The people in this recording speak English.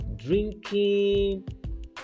Drinking